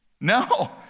No